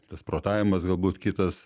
tas protavimas galbūt kitas